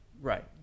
right